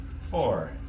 Four